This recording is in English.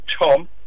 Tom